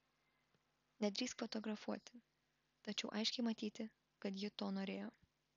nedrįsk fotografuoti tačiau aiškiai matyti kad ji to norėjo